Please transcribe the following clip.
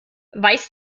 weiß